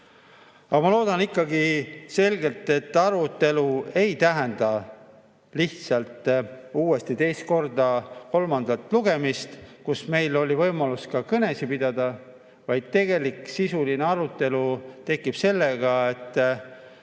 Aga ma loodan ikkagi selgelt, et arutelu ei tähenda lihtsalt uuesti teist korda kolmandat lugemist, kus meil oli võimalus ka kõnesid pidada, vaid tegelik sisuline arutelu tekib sellega, et